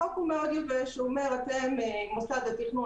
החוק הוא מאוד יבש, והוא אומר: אתם מוסד התכנון.